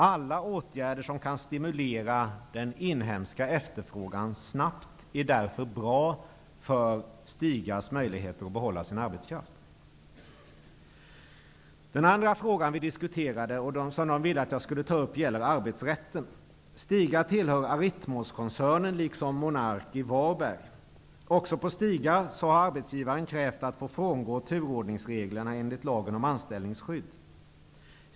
Alla åtgärder som kan stimulera den inhemska efterfrågan snabbt är därför bra för Stigas möjligheter att behålla arbetskraften. Den andra frågan man ville att jag skulle ta upp gäller arbetsrätten. Stiga tillhör, liksom Monark i Varberg, Aritmoskoncernen. Också på Stiga har arbetsgivaren krävt att få frångå turordningsreglerna enligt lagen om anställningsskydd.